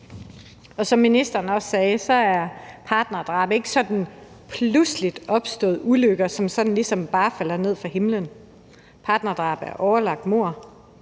Som ministeren også sagde, er partnerdrab ikke sådan pludseligt opståede ulykker, som sådan bare lige falder ned fra himlen. Partnerdrab er overlagt mord,